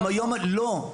לא,